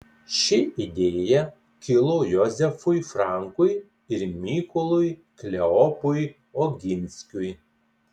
ši idėja kilo jozefui frankui ir mykolui kleopui oginskiui